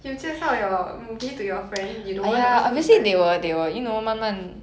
you 介绍 your movie to your friend you don't want the person to die